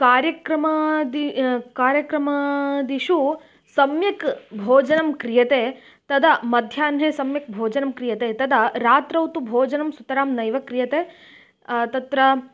कार्यक्रमादि कार्यक्रमादिषु सम्यक् भोजनं क्रियते तदा मध्याह्ने सम्यक् भोजनं क्रियते तदा रात्रौ तु भोजनं सुतरां नैव क्रियते तत्र